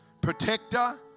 protector